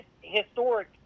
historic